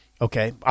Okay